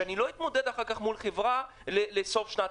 שאני לא אתמודד אחר כך מול חברה לסוף שנת